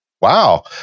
Wow